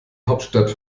hauptstadt